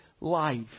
life